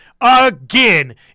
again